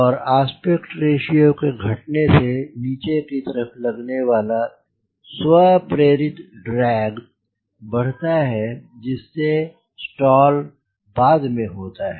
और aspect ratio के घटने से नीचे की तरफ लगने वाला स्वप्रेरित ड्रैग बढ़ता है जिस से स्टाल बाद में होता है